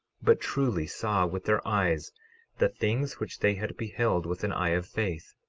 but truly saw with their eyes the things which they had beheld with an eye of faith,